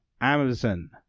amazon